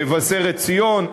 מבשרת-ציון.